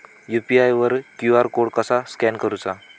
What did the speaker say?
UPI वर QR code कसा scan करूचा?